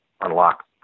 unlock